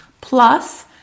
plus